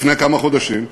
לפני כמה חודשים.